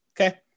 okay